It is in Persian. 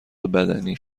بدنی